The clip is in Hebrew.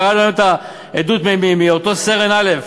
קראנו היום את העדות של אותו סרן א'.